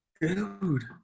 dude